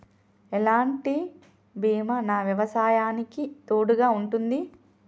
ఎలాంటి బీమా నా వ్యవసాయానికి తోడుగా ఉంటుంది?